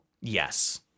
Yes